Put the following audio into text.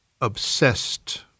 obsessed